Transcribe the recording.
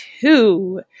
two